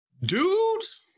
Dudes